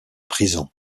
prison